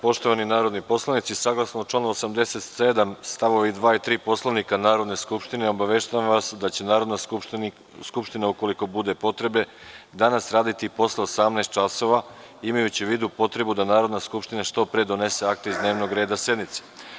Poštovani narodni poslanici saglasno članu 87. st. 2. i 3. Poslovnika Narodne skupštine obaveštavam vas da će Narodna skupština, ukoliko bude bilo potrebe, danas raditi i posle 18.00 časova, imajući u vidu potrebu da Narodna skupština što pre donese akte iz dnevnog reda sednice.